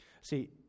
See